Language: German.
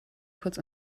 kurz